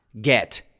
get